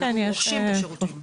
אנחנו רוכשים את השירותים,